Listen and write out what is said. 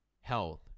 health